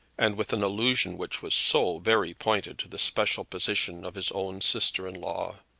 and with an allusion which was so very pointed to the special position of his own sister-in-law.